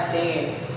dance